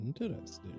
interesting